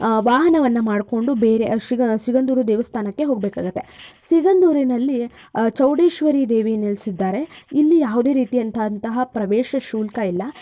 ವಾಹನವನ್ನು ಮಾಡಿಕೊಂಡು ಬೇರೆ ಸಿಗ ಸಿಗಂದೂರು ದೇವಸ್ಥಾನಕ್ಕೆ ಹೋಗಬೇಕಾಗತ್ತೆ ಸಿಗಂದೂರಿನಲ್ಲಿ ಚೌಡೇಶ್ವರಿ ದೇವಿ ನೆಲೆಸಿದ್ದಾರೆ ಇಲ್ಲಿ ಯಾವುದೇ ರೀತಿಯಂತಂತಹ ಪ್ರವೇಶ ಶುಲ್ಕ ಇಲ್ಲ